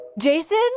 Jason